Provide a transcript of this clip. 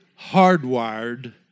hardwired